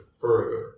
further